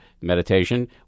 meditation